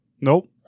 Nope